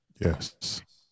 Yes